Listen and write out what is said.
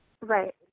Right